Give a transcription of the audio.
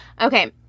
Okay